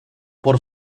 por